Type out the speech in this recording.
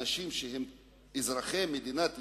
אנשים שהם אזרחי מדינת ישראל,